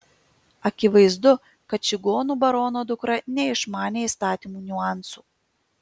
akivaizdu kad čigonų barono dukra neišmanė įstatymų niuansų